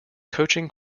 coaching